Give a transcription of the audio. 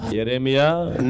Jeremiah